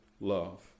love